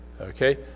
Okay